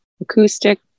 acoustic